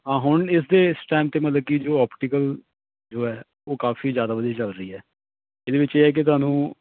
ਹੁਣ ਇਸਦੇ ਇਸ ਟਾਈਮ 'ਤੇ ਮਤਲਬ ਕਿ ਜੋ ਆਪਟੀਕਲ ਜੋ ਹੈ ਉਹ ਕਾਫ਼ੀ ਜ਼ਿਆਦਾ ਵਧੀਆ ਚੱਲ ਰਹੀ ਹੈ ਇਹਦੇ ਵਿੱਚ ਇਹ ਹੈ ਕਿ ਤੁਹਾਨੂੰ